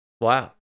Wow